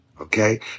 okay